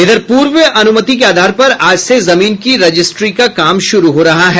इधर पूर्व अनुमति के आधार पर आज से जमीन की रजिस्ट्री का काम शुरू हो रहा है